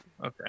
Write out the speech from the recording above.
okay